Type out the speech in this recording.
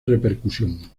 repercusión